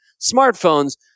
smartphones